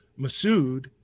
Masood